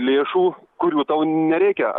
lėšų kurių tau nereikia